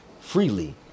freely